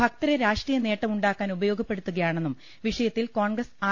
ഭക്തരെ രാഷ്ട്രീയ നേട്ടമുണ്ടാക്കാൻ ഉപയോഗപ്പെടുത്തുകയാണെന്നും വിഷയ ത്തിൽ കോൺഗ്രസ് ആർ